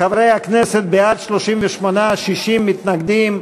חברי הכנסת, בעד, 38, 60 מתנגדים,